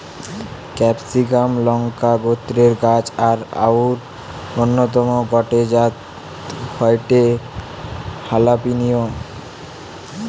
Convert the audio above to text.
ক্যাপসিমাক লংকা গোত্রের গাছ আর অউর অন্যতম গটে জাত হয়ঠে হালাপিনিও